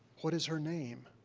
what is her name?